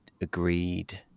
agreed